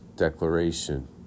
declaration